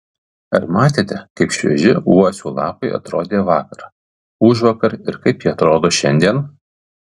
ar matėte kaip švieži uosių lapai atrodė vakar užvakar ir kaip jie atrodo šiandien